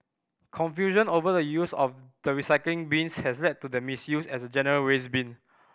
confusion over the use of the recycling bins has led to their misuse as a general waste bin